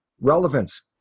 relevance